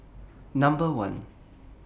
Number one